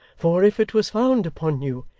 for if it was found upon you,